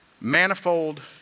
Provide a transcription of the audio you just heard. manifold